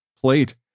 plate